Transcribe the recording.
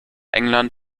england